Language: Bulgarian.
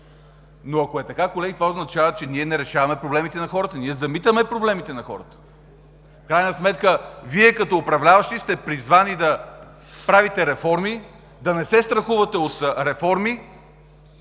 Ако е така, колеги, това означава, че ние не решаваме проблемите на хората, ние замитаме проблемите на хората! В крайна сметка, Вие като управляващи сте призвани да правите реформи, да не се страхувате от реформи,